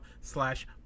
slash